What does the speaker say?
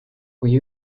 kui